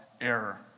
error